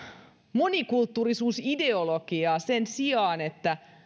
monikulttuurisuusideologiaa sen sijaan että